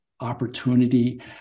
opportunity